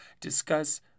discuss